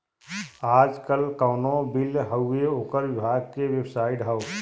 आजकल कउनो बिल हउवे ओकर विभाग के बेबसाइट हौ